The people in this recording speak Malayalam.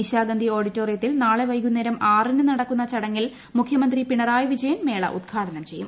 നിശാഗന്ധി ഓഡിറ്റോറിയത്തിൽ നാളെ വൈകുന്നേരം ആറിന് നടക്കുന്ന ചടങ്ങിൽ മുഖ്യമന്ത്രി പിണറായി വിജയൻ മേള ഉദ്ഘാടനം ചെയ്യും